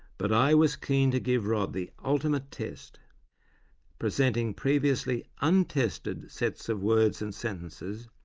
but i was keen to give rod the ultimate test presenting previously untested sets of words and sentences,